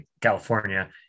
California